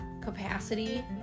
capacity